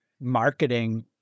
marketing